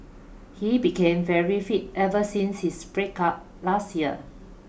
he became very fit ever since his breakup last year